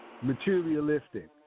materialistic